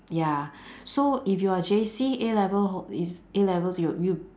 ya so if you're J_C A-level hol~ is A-levels you you